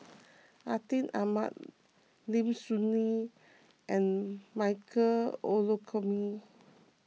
Atin Amat Lim Soo Ngee and Michael Olcomendy